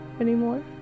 anymore